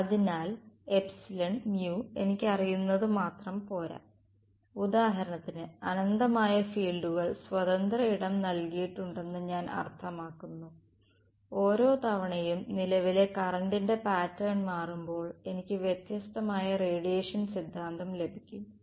അതിനാൽ എനിക്കറിയുന്നത് മാത്രം പോരാ ഉദാഹരണത്തിന് അനന്തമായ ഫീൽഡുകൾ സ്വതന്ത്ര ഇടം നൽകിയിട്ടുണ്ടെന്ന് ഞാൻ അർത്ഥമാക്കുന്നു ഓരോ തവണയും നിലവിലെ കറന്റിന്റെ പാറ്റേൺ മാറ്റുമ്പോൾ എനിക്ക് വ്യത്യസ്തമായ റേഡിയേഷൻ സിദ്ധാന്തം ലഭിക്കും